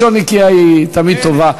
לשון נקייה היא תמיד טובה.